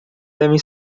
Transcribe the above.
devem